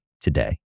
today